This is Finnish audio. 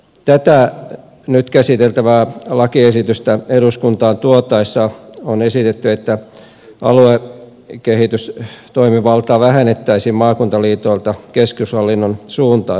tätä nyt käsiteltävää lakiesitystä eduskuntaan tuotaessa on esitetty että aluekehitystoimivaltaa vähennettäisiin maakuntaliitoilta keskushallinnon suuntaan